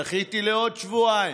דחיתי בעוד שבועיים,